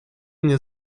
мне